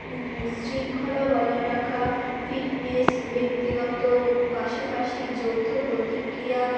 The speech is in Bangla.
শৃঙ্খলা বজায় রাখা ফিটনেস ব্যক্তিগত পাশাপাশি যৌথ প্রতিক্রিয়া